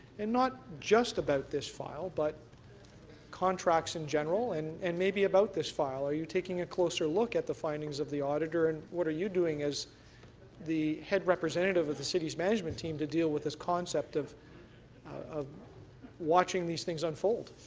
and not just about this file, but contracts in general, and and maybe about this file? are you taking a closer look at the findings of the auditor and what are you doing as the head representative of the city's management team to deal with this concept of of watching these thing unfold?